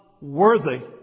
worthy